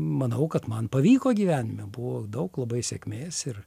manau kad man pavyko gyvenime buvo daug labai sėkmės ir